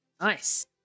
Nice